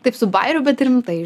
taip su bajeriu bet ir rimtai